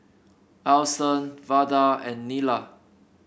Alston Vada and Nila